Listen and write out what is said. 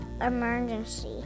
emergency